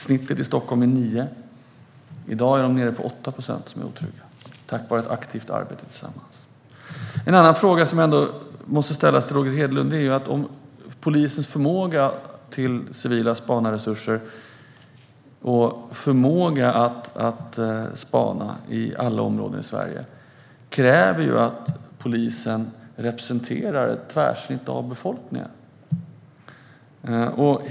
Snittet i Stockholm är 9 procent. I dag är man nere på 8 procent otrygga invånare tack vare ett aktivt arbete tillsammans. En fråga som måste ställas till Roger Hedlund är om han anser att polisens förmåga till civila spanarresurser och förmåga att spana i alla områden i Sverige kräver att polisen representerar ett tvärsnitt av befolkningen.